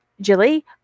Jilly